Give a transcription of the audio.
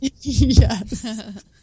yes